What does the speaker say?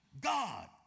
God